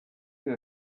you